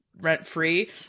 rent-free